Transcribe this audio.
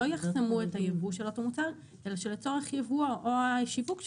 לא יחסמו את הייבוא של אותו מוצר אלא שלצורך השיווק שלו,